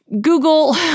Google